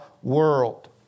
world